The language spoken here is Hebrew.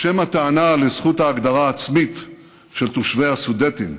בשם הטענה לזכות ההגדרה העצמית של תושבי הסודטים,